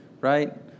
right